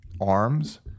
arms